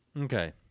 Okay